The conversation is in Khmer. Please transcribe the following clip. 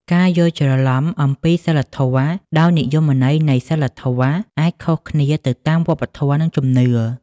ការយល់ច្រឡំអំពី "សីលធម៌" ដោយនិយមន័យនៃ "សីលធម៌" អាចខុសគ្នាទៅតាមវប្បធម៌ និងជំនឿ។